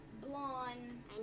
Blonde